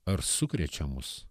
ar sukrečia mus